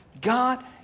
God